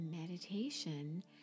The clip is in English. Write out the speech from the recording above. Meditation